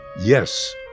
Yes